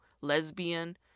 lesbian